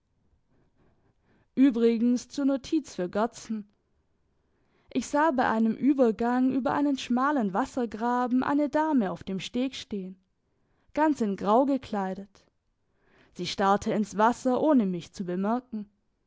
übrigens zur notiz für gerdsen ich sah bei einem übergang über einen schmalen wassergraben eine dame auf dem steg stehen ganz in grau gekleidet sie starrte ins wasser ohne mich zu bemerken